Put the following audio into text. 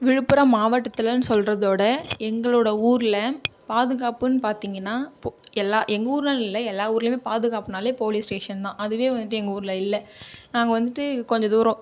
விழுப்புரம் மாவட்டத்துலேனு சொல்கிறத விட எங்களோடய ஊரில் பாதுக்காப்புனு பார்த்தீங்கன்னா போ எல்லா எங்கள் ஊருலேனு இல்லை எல்லா ஊருலேயுமே பாதுக்காப்புனாலே போலீஸ் ஸ்டேஷன் தான் அதுவே வந்துகிட்டு எங்கள் ஊரில் இல்லை நாங்கள் வந்துகிட்டு கொஞ்சம் தூரம்